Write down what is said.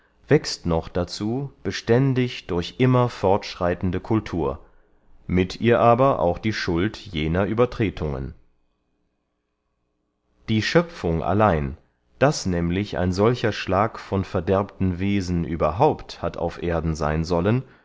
wächst noch dazu beständig durch immer fortschreitende cultur mit ihr aber auch die schuld jener uebertretungen die schöpfung allein daß nämlich ein solcher schlag von verderbten wesen überhaupt hat auf erden seyn sollen